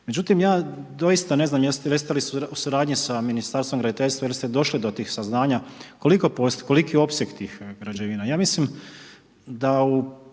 Međutim, ja doista ne znam jeste li u suradnji sa Ministarstvom graditeljstva, jeste li došli do tih saznanja koliki je opseg tih građevina. Ja mislim da u